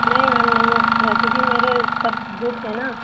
نہیں میم نہیں ہو پائے گا کیونکہ میرے سب بک ہیں نا